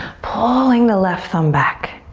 pulling the left thumb back.